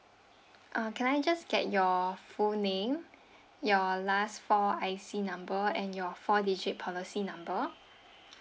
uh can I just get your full name your last four I_C number and your four digit policy number